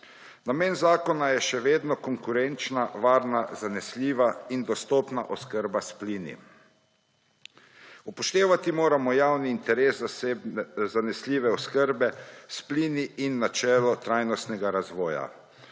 Namen zakona je še vedno konkurenčna, varna, zanesljiva in dostopna oskrba s plini. Upoštevati moramo javni interes zanesljive oskrbe s plini in načelo trajnostnega razvoja.